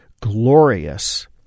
glorious